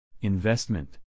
Investment